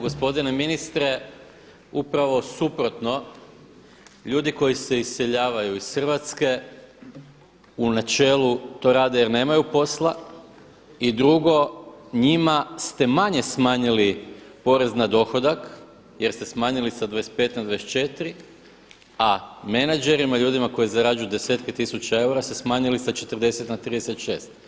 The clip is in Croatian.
Gospodine ministre, upravo suprotno ljudi koji se iseljavaju iz Hrvatske u načelu to rade jer nemaju posla i drugo njima ste manje smanjili porez na dohodak jer ste smanjili sa 25 na 24 a menadžerima i ljudima koji zarađuju desetke tisuća eura ste smanjili sa 40 na 36.